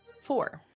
Four